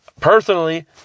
Personally